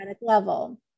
level